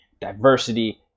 diversity